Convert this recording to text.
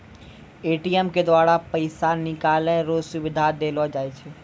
ATM के द्वारा पैसा निकालै रो सुविधा देलो जाय छै